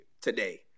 today